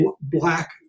black